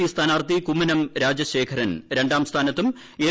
P സ്ഥാനാർത്ഥി കുമ്മനം രാജശേഖരൻ രണ്ടൂം സ്ഥാനത്തും എൽ